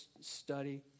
study